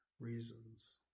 reasons